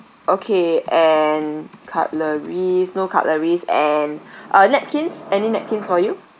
okay and cutleries no cutleries and uh napkins any napkins for you